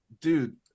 dude